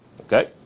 Okay